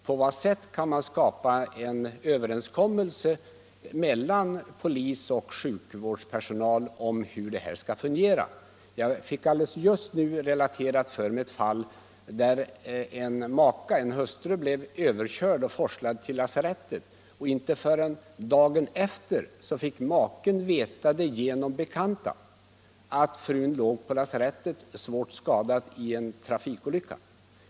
På vad sätt kan man skapa en överenskommelse mellan polis och sjukvårdspersonal om hur detta skall fungera? Jag fick just nu relaterat för mig ett fall där en kvinna blev överkörd och forslad till lasarettet för ett svårt benbrott. Inte förrän dagen efter fick maken genom bekanta veta att hans hustru låg på lasarettet, svårt skadad i en trafikolycka.